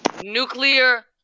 Nuclear